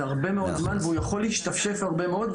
זה הרבה מאוד זמן, והוא יכול להשתפשף הרבה מאוד.